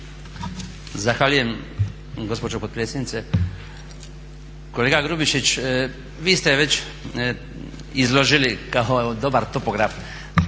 Zahvaljujem gospođo potpredsjednice. Kolega Grubišić, vi ste već izložili kao dobar topograf